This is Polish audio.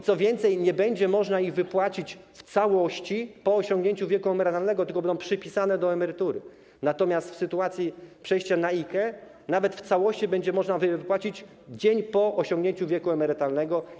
Co więcej, nie będzie można ich wypłacić w całości po osiągnięciu wieku emerytalnego, tylko będą przypisane do emerytury, natomiast po przejścia na IKE nawet w całości będzie można je wypłacić dzień po osiągnięciu wieku emerytalnego.